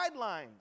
guidelines